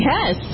Yes